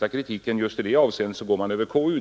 att kritik just i det avseendet skall framställas via KU.